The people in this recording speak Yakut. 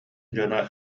дьоно